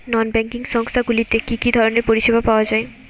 নন banking সংস্থা গুলিতে কি কি ধরনের পরিসেবা পাওয়া য়ায়?